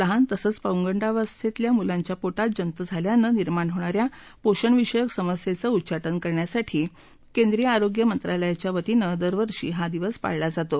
लहान तसेच पौगडावस्थेतल्या मुलांच्या पो ाेत जंत झाल्याने निर्माण होणाऱ्या पोषण विषयक समस्येचे उच्चा के करण्यासाठी केंद्रीय आरोग्य मंत्रालयाच्या वतीने दरवर्षी हा दिवस पाळला जातो